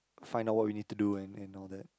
find out what we need to do and and all that